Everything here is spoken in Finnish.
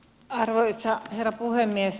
arvoisa herra puhemies